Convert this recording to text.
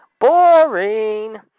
Boring